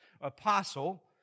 apostle